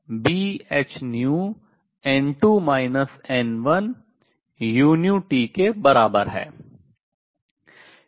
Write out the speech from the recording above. यह Bhνn2 n1uT के बराबर है